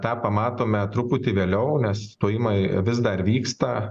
tą matome truputį veliau nes stojimai vis dar vyksta